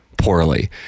Poorly